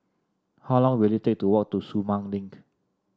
how long will it take to walk to Sumang Link